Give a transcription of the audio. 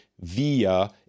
via